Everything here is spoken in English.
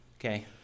Okay